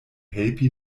helpi